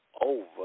over